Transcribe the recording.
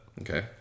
Okay